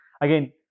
again